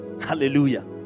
hallelujah